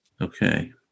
Okay